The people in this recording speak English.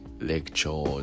lecture